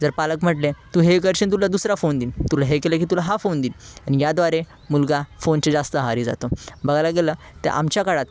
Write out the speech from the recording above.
जर पालक म्हटले तू हे करशील तुला दुसरा फोन देईन तुला हे केलं की तुला हा फोन देईन आणि ह्या द्वारे मुलगा फोनच्या जास्त आहारी जातो बघायला गेलं तर आमच्या काळात